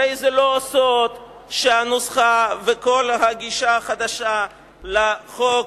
הרי זה לא סוד שהנוסחה וכל הגישה החדשה לחוק